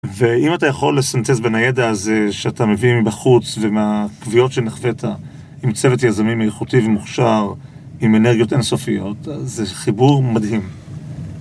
ואם אתה יכול לסנטז בין הידע הזה שאתה מביא מבחוץ ומהכוויות שנכווית, עם צוות יזמים איכותי ומוכשר, עם אנרגיות אינסופיות, זה חיבור מדהים.